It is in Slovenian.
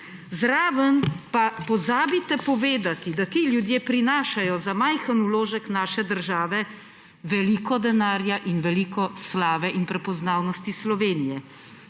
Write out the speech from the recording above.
Zraven pa pozabite povedati, da ti ljudje prinašajo za majhen vložek naše države veliko denarja in veliko slave in prepoznavnosti Slovenije.